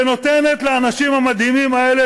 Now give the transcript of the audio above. שנותנת לאנשים המדהימים האלה,